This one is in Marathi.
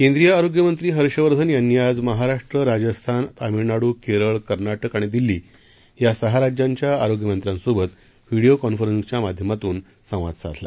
केंद्रीय आरोग्यमंत्री हर्षवर्धन यांनी आज महाराष्ट्र राज्यस्थान तामीळनाडू केरळ कर्नाटक आणि दिल्ली या सहा राज्यांच्या आरोग्यमंत्र्यांसोबत व्हिडिओ कॉन्फरन्सिंगच्या माध्यमातून संवाद साधला